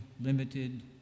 limited